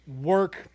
work